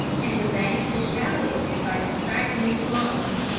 and the bank retaliated by contracting its loans,